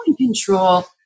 control